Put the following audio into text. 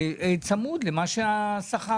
עם הצמדה לעליית השכר?